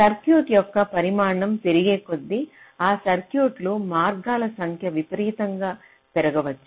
circuit యొక్క పరిమాణం పెరిగేకొద్దీ ఆ సర్క్యూట్ల మార్గాల సంఖ్య విపరీతంగా పెరగవచ్చు